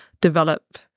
develop